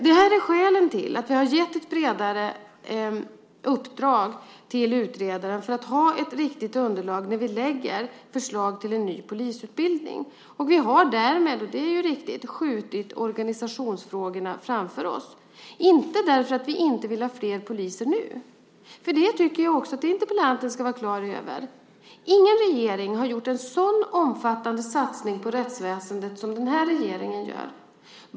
Det här är skälen till att vi har gett ett bredare uppdrag till utredaren, för att ha ett riktigt underlag när vi lägger förslag till en ny polisutbildning. Vi har därmed - det är riktigt - skjutit organisationsfrågorna framför oss. Det beror inte på att vi inte vill ha fler poliser nu. Jag tycker att interpellanten ska vara klar över det. Ingen regering har gjort en så omfattande satsning på rättsväsendet som den här regeringen gör.